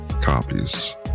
copies